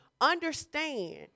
Understand